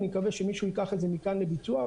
אני מקווה שמישהו ייקח את זה מכאן לביצוע,